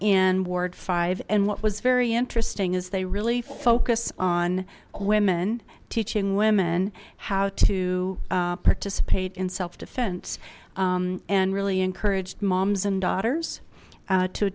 in ward five and what was very interesting is they really focus on women teaching women how to participate in self defense and really encourage moms and daughters